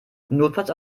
notfalls